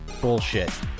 Bullshit